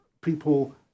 people